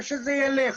ושזה ילך.